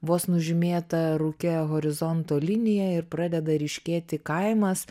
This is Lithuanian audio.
vos nužymėta rūke horizonto linija ir pradeda ryškėti kaimas